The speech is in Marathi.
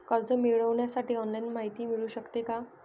कर्ज मिळविण्यासाठी ऑनलाईन माहिती मिळू शकते का?